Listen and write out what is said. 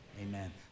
Amen